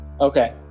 Okay